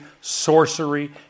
sorcery